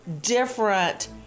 different